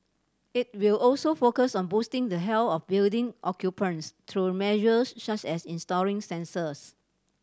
it will also focus on boosting the health of building occupants through measures such as installing sensors